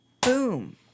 Boom